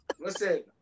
Listen